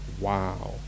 Wow